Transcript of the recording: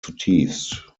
zutiefst